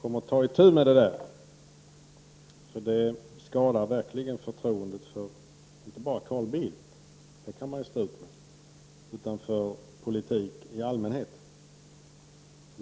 kommer att ta itu med det, därför att det skadar verkligen förtroendet, inte bara för Carl Bildt — vilket går att stå ut med — utan även för politik i allmänhet.